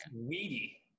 weedy